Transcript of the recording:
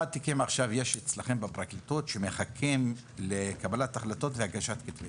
תיקים יש אצלכם עכשיו בפרקליטות שמחכים לקבלת החלטות והגשת כתבי אישום?